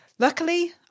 Luckily